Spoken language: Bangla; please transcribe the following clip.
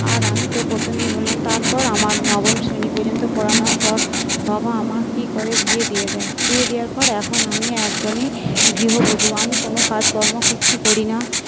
আর আমি তো প্রথমেই বললাম তারপর আমার নবম শ্রেণী পর্যন্ত পড়ানোর পর বাবা আমার কি করে বিয়ে দিয়ে দেয় বিয়ে দেওয়ার পর এখন আমি একদমই গৃহবধু আমি কোনো কাজকর্ম কিচ্ছু করি না